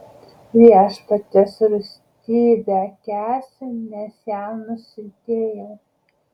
viešpaties rūstybę kęsiu nes jam nusidėjau